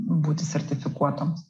būti sertifikuotoms